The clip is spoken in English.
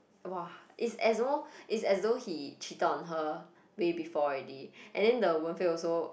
!wah! is as though is as though he cheated on her way before already and then the Wen-Fei also